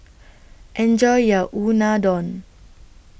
Enjoy your Unadon